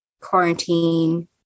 quarantine